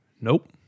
Nope